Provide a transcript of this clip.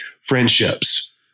Friendships